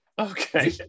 Okay